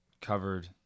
covered